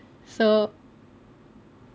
oh